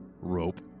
rope